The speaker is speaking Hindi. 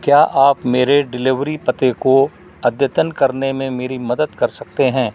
क्या आप मेरे डिलेवरी पते को अद्यतन करने में मेरी मदद कर सकते हैं